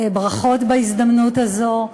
ברכות בהזדמנות הזו.